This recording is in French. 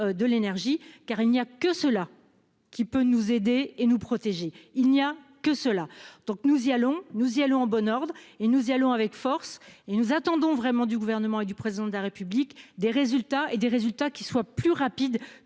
de l'énergie car il n'y a que cela. Qui peut nous aider et nous protéger. Il n'y a que cela, donc nous y allons nous y allons en bon ordre et nous y allons avec force et nous attendons vraiment du gouvernement et du président de la République des résultats et des résultats qui soient plus rapides